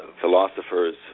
philosophers